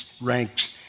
ranks